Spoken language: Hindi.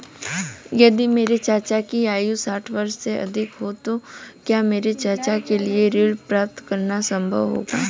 यदि मेरे चाचा की आयु साठ वर्ष से अधिक है तो क्या मेरे चाचा के लिए ऋण प्राप्त करना संभव होगा?